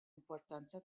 importanza